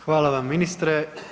Hvala vam ministre.